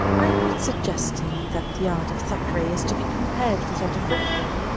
i am not suggesting that the art of thackeray is to be compared with that of raphael,